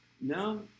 No